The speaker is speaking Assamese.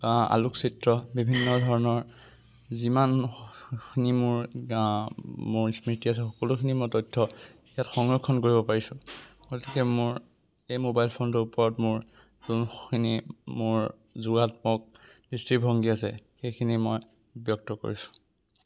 আ আলোকচিত্ৰ বিভিন্ন ধৰণৰ যিমানখিনি মোৰ স্মৃতি আছে সকলোখিনি মই তথ্য ইয়াত সংৰক্ষণ কৰিব পাৰিছোঁ গতিকে মোৰ এই মোবাইল ফোনটোৰ ওপৰত মোৰ যোনখিনি মোৰ যোগাত্মক দৃষ্টিভংগী আছে সেইখিনি মই ব্যক্ত কৰিছোঁ